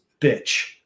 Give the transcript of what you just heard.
bitch